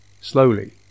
slowly